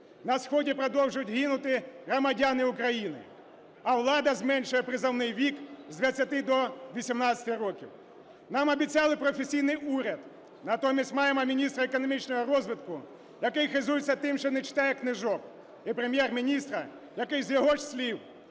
На сході продовжують гинути громадяни України. А влада зменшує призовний вік з 20 до 18 років. Нам обіцяли професійний уряд. Натомість маємо міністра економічного розвитку, який хизується тим, що не читає книжок, і Прем'єр-міністра, який, з його ж слів,